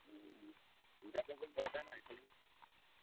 চিন্তা কৰিবলৈ দৰকাৰ নাই খালি